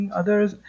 others